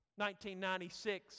1996